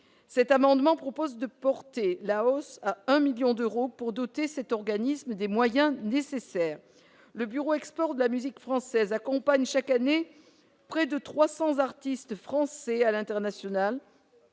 Nous proposons de porter la hausse à 1 million d'euros pour doter cet organisme des moyens nécessaires. Le Bureau Export de la musique française accompagne chaque année près de 300 artistes français à l'international